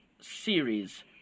series